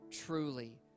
truly